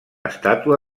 estàtua